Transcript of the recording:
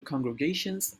congregations